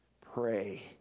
Pray